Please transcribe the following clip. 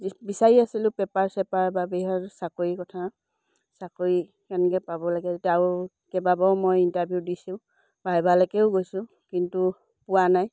বিচাৰি আছিলোঁ পেপাৰ চেপাৰ বা চাকৰি কথা চাকৰি কেনেকৈ পাব লাগে তাৰো কেইবাবাৰো মই ইণ্টাৰভিউ দিছোঁ বা ভাইভালৈকেও গৈছোঁ কিন্তু পোৱা নাই